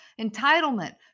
entitlement